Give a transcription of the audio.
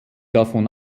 davon